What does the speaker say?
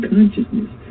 Consciousness